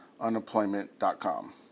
unemployment.com